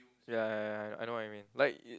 ya ya I know what you mean like it